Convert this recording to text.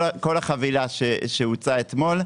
כל החבילה שהוצעה אתמול.